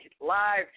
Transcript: live